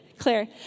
Clear